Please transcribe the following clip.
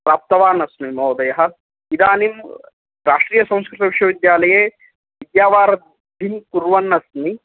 प्राप्तवानस्मि महोदयः इदानीं राष्ट्रियसंस्कृतविश्वविद्यालये विद्यावारिधिं कुर्वन्नस्मि